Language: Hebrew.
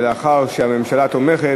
ולאחר שהממשלה תומכת,